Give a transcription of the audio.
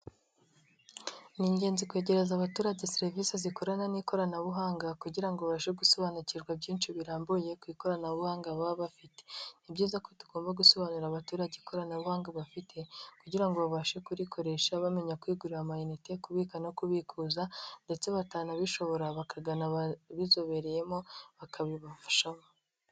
Ni ingenzi kwegereza abaturage serivisi z'ikorana n'ikoranabuhanga kugira babashe gusobanukirwa byinshi birambuye ku ikoranabuhanga baba bafite, ni byiza ko tugomba gusobanurira abaturage ikoranabuhanga bafite, kugira ngo babashe kurikoresha bamenya kwigurira amayinite, kubika no kubikuza ndetse batanabishobora bakagana ababizobereyemo bakabibafashamo.